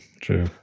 True